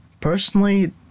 Personally